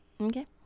okay